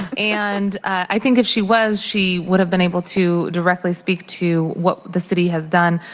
and i think if she was, she would have been able to directly speak to what the city has done.